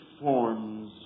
forms